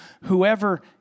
whoever